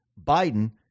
Biden